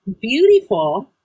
beautiful